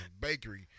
bakery